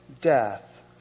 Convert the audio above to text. death